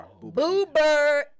Boober